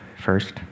first